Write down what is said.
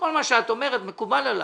כל מה שאת אומרת מקובל עליי.